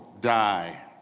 die